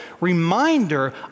reminder